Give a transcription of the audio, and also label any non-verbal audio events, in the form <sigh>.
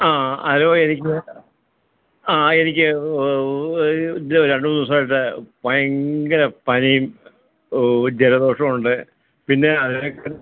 ആ ഹലോ എനിക്ക് ആ എനിക്ക് ഒരു രണ്ടു മൂന്നു ദിവസമായിട്ടു ഭയങ്കര പനിയും ജലദോഷവുമുണ്ട് പിന്നെ <unintelligible>